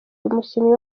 umukinnyi